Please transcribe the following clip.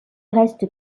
reste